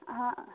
ਹਾਂ